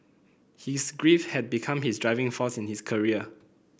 his grief had become his driving force in his career